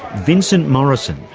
vincent morrison,